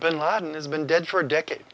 bin laden has been dead for a decade